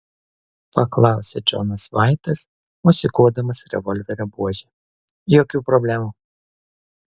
paklausė džonas vaitas mosikuodamas revolverio buože jokių problemų